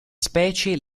specie